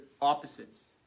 opposites